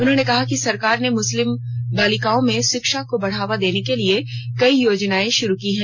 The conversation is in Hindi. उन्होंने कहा कि सरकार ने मुस्लिम बालिकाओं में शिक्षा को बढावा देने के लिए कई योजनाएं शुरू की हैं